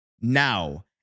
now